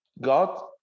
God